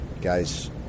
guys